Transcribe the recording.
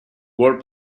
word